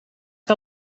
que